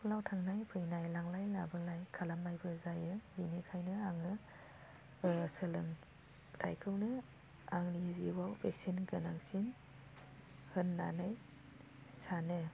स्कुलाव थांनाय फैनाय लांनाय लाबोलाय खालामनायबो जायो बेनिखायनो आङो सोलोंथायखौनो आंनि जिउआव बेसेन गोनांसिन होननानै सानो